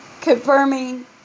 confirming